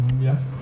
yes